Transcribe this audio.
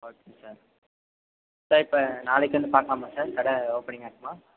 okay sir sir இப்போ நாளைக்கு வந்து பார்க்கலாமா சார் கடை ஓப்பனிங்காக இருக்குமா